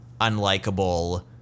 unlikable